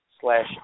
slash